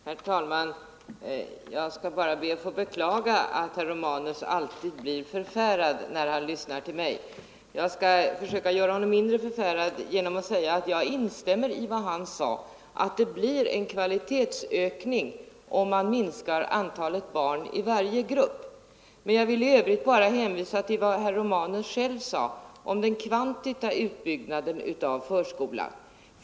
Herr talman! Jag vill bara beklaga att herr Romanus alltid blir förfärad när han lyssnar till mig. Jag skall försöka göra honom mindre förfärad genom att instämma i vad han sade, att det blir en kvalitetsökning om man minskar antalet barn i varje grupp. Men jag hänvisar i övrigt till vad herr Romanus själv sade om den kvantitativa utbyggnaden av förskolan.